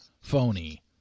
phony